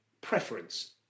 preference